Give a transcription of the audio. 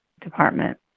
department